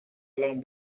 alarm